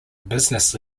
business